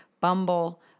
Bumble